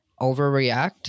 overreact